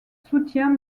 soutient